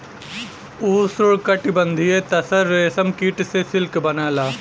उष्णकटिबंधीय तसर रेशम कीट से सिल्क बनला